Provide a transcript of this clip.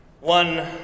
One